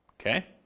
Okay